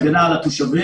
הגנה על התושבים.